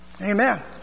Amen